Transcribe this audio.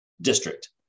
district